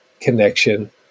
connection